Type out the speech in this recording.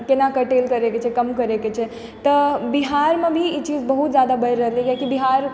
केना कर्टेल करै के छै कम करै के छै तऽ बिहारमे भी ई चीज बहुत जादा बढि रहलै कियाकि बिहार